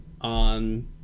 on